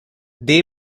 they